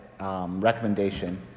recommendation